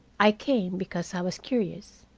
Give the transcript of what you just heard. i came because i was curious.